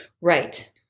Right